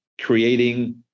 creating